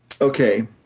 Okay